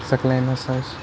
سَقلین ہسا چھِ